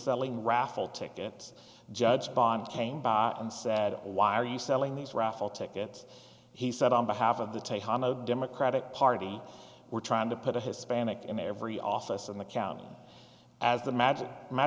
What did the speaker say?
selling raffle tickets judge bond came back and said why are you selling these raffle tickets he said on behalf of the democratic party we're trying to put a hispanic and every office in the county as the magic m